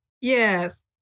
Yes